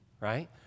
right